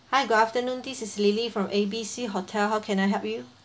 hi good afternoon this is lily from A B C hotel how can I help you